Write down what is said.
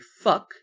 fuck